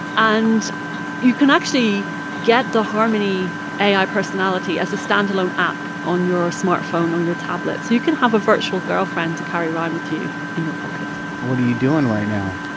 and you can actually get the harmony ai personality as a standalone app on your smartphone or your tablet, so you can have a virtual girlfriend to carry around with you in your pocket what are you doing right now?